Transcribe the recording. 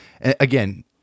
Again